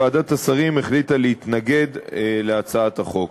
ועדת השרים החליטה להתנגד להצעת החוק.